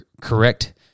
correct